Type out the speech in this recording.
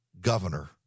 governor